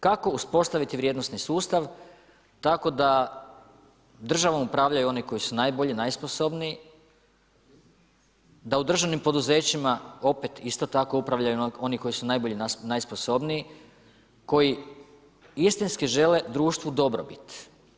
Kako uspostaviti vrijednosni sustav, tako da državom upravljaju oni koji su najbolji, najsposobniji, da u državnim poduzećima opet isto tako upravljaju oni koji su najbolji, najsposobniji, koji istinski žele društvu dobrobit.